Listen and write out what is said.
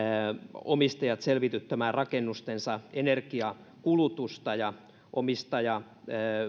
omistajat selvityttämään rakennustensa energiankulutusta ja omistaja